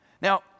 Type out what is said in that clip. Now